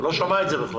הוא לא שמע על זה בכלל.